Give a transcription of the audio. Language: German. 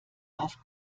auf